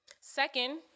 Second